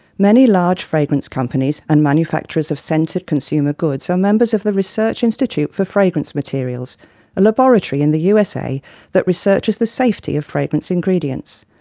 many large fragrance companies, and manufacturers of scented consumer goods, are members of the research institute for fragrance materials a laboratory in the usa that researches the safety of fragrance ingredients.